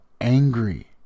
angry